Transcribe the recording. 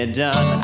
done